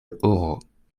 oro